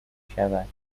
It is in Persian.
میشود